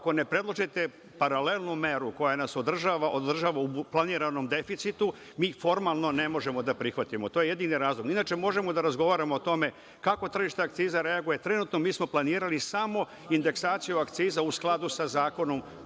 ako ne predložite paralelnu meru koja nas održava u planiranom deficitu, mi formalno ne možemo da prihvatimo. To je jedini razlog. Inače, možemo da razgovaramo o tome kako tržište akciza reaguje. Trenutno mi smo planirali samo indeksaciju akciza u skladu sa zakonom,